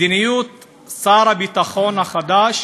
מדיניות שר הביטחון החדש